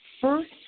first